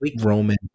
Roman